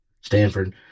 Stanford